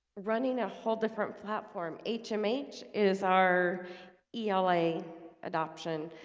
running a whole different platform hmh is our ela adoption